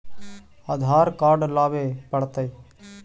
आधार card लाबे पड़तै?